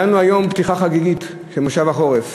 הייתה לנו היום פתיחה חגיגית של מושב החורף,